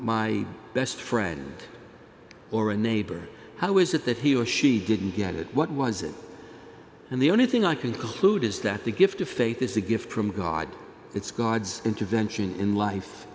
my best friend or a neighbor how is it that he or she didn't get it what was it and the only thing i can conclude is that the gift of faith is a gift from god it's god's intervention in life